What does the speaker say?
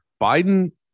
Biden